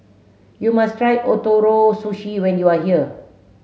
you must try Ootoro Sushi when you are here